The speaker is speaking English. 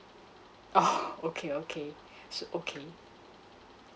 oh okay okay so okay